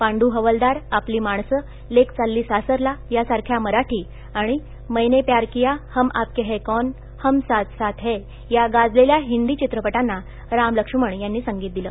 पांडू हवालदार आपली माणसं लेक चालली सासरला यासार या मराठी आणि मैने यार किया हम आप के है कोन हम साथ साथ है या गाजले या हिंदी चि पटांना राम ल मण यांनी संगीत दिलं